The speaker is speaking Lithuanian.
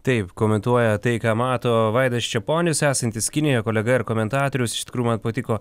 taip komentuoja tai ką mato vaidas čeponis esantis kinijoj kolega ir komentatorius iš tikrųjų man patiko